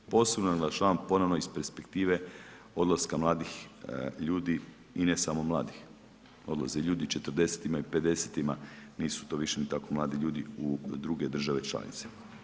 Posebno naglašavam ponovno iz perspektive odlaska mladih ljudi i ne samo mladih, odlaze ljudi u 40-ima, 50-ima i nisu to više ni tako mladi ljudi u druge države članice.